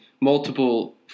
multiple